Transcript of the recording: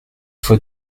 faut